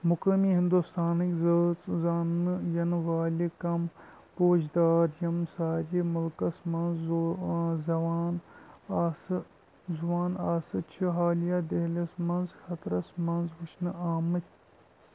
مُقٲمی ہِنٛدوستانٕکۍ ذٲژ زاننہٕ یِنہٕ والہِ كم پوشِدار یِم سارِ مُلكس منز زُو ٲس زٮ۪وان آسہٕ زُوان آسہٕ چھِ حالیہ دہلِی یَس منٛز خطرس منٛز وُچھنہٕ آمٕتۍ